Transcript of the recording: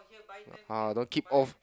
uh don't keep off